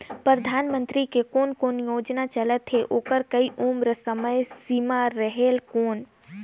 परधानमंतरी के कोन कोन योजना चलत हे ओकर कोई उम्र समय सीमा रेहेल कौन?